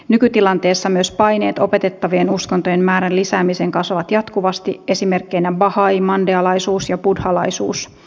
nykytilanteessa myös paineet opetettavien uskontojen määrän lisäämiseen kasvavat jatkuvasti esimerkkeinä bahai mandealaisuus ja buddhalaisuus